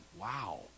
Wow